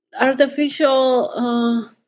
Artificial